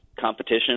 competition